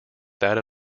that